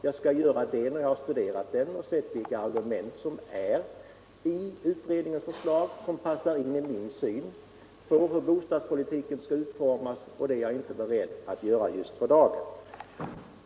Jag skall svara när jag studerat frågan och sett vilka argument som anförs för utredningens förslag och om de passar in i min syn på hur bostadspolitiken skall utformas. Det är jag inte beredd att göra i dag.